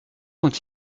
vont